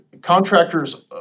contractors